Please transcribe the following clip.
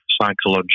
psychological